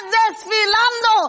desfilando